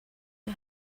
you